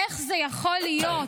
איך זה יכול להיות?